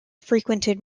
frequented